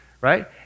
right